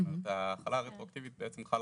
זאת אומרת ההחלה הרטרואקטיבית בעצם חלה